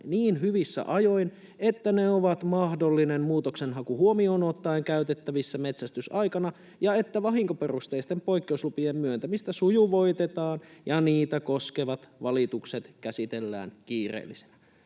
niin hyvissä ajoin, että ne ovat mahdollinen muutoksenhaku huomioon ottaen käytettävissä metsästysaikana, ja että vahinkoperusteisten poikkeuslupien myöntämistä sujuvoitetaan ja niitä koskevat valitukset käsitellään kiireellisenä.”